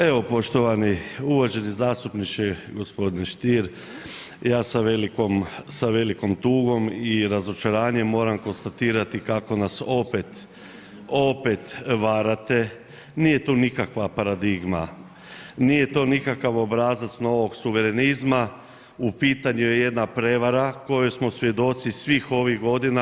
Evo poštovani uvaženi zastupniče g. Stier, ja sa velikom, sa velikom tugom i razočaranjem moram konstatirati kako nas opet, opet varate, nije to nikakva paradigma, nije to nikakav obrazac novog suverenizma, u pitanju je jedna prevara kojoj smo svjedoci svih ovih godina.